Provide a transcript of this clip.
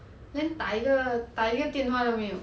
then 打一个打一个电话都没有